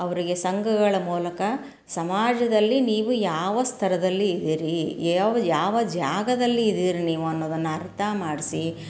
ಅವರಿಗೆ ಸಂಘಗಳ ಮೂಲಕ ಸಮಾಜದಲ್ಲಿ ನೀವು ಯಾವ ಸ್ತರದಲ್ಲಿ ಇದ್ದೀರಿ ಯಾವ ಯಾವ ಜಾಗದಲ್ಲಿ ಇದೀರಿ ನೀವು ಅನ್ನೋದನ್ನು ಅರ್ಥ ಮಾಡಿಸಿ